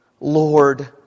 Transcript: Lord